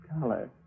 color